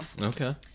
Okay